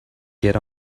get